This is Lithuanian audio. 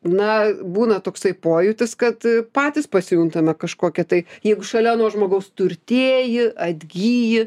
na būna toksai pojūtis kad patys pasijuntame kažkokie tai jeigu šalia nuo žmogaus turtėji atgyji